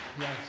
Yes